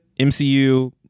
MCU